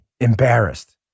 embarrassed